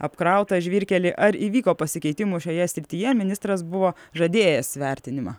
apkrautą žvyrkelį ar įvyko pasikeitimų šioje srityje ministras buvo žadėjęs vertinimą